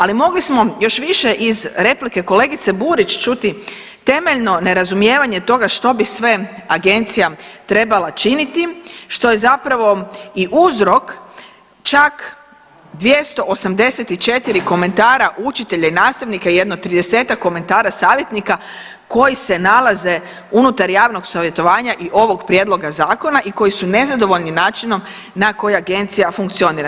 Ali mogli smo još više iz replike kolegice Burić čuti temeljno nerazumijevanje toga što bi sve agencija trebala činiti što je zapravo i uzrok čak 284 komentara učitelja i nastavnika i jedno 30-ak komentara savjetnika koji se nalaze unutar javnog savjetovanja i ovog prijedloga zakona i koji su nezadovoljni načinom na koji agencija funkcionira.